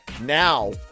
now